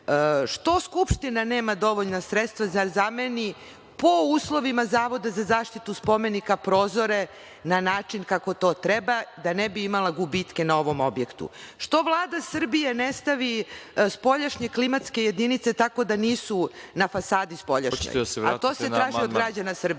Što Skupština nema dovoljna sredstva da zameni po uslovima Zavoda za zaštitu spomenika prozore na način kako to treba, da ne bi imala gubitke na ovom objektu? Što Vlada Srbije ne stavi spoljašnje klimatske jedinice tako da nisu na fasadi spoljašnjoj? **Veroljub Arsić**